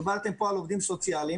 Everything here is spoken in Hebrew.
דיברתם פה על עובדים סוציאליים,